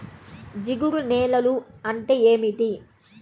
జిగురు నేలలు అంటే ఏమిటీ?